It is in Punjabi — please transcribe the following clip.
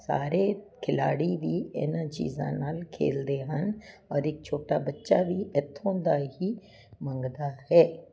ਸਾਰੇ ਖਿਲਾੜੀ ਵੀ ਇਹਨਾਂ ਚੀਜ਼ਾਂ ਨਾਲ ਖੇਲਦੇ ਹਨ ਔਰ ਇਕ ਛੋਟਾ ਬੱਚਾ ਵੀ ਇੱਥੋਂ ਦਾ ਹੀ ਮੰਗਦਾ ਹੈ